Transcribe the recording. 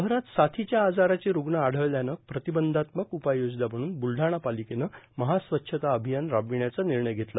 शहरात साथीच्या आजाराचे रुग्ण आढळल्याने प्रतिबंधात्मक उपाययोजना म्हणून ब्लडाणा पालिकेने महास्वच्छता अभियान राबविण्याचा निर्णय घेतला